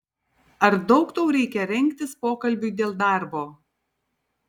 ar daug tau reikia rengtis pokalbiui dėl darbo